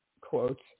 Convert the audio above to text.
quotes